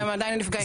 והם עדיין נפגעים.